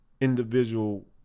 individual